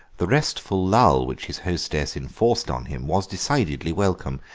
the restful lull which his hostess enforced on him was decidedly welcome,